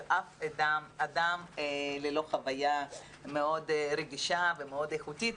אף אדם ללא חוויה מאוד רגישה ומאוד איכותית,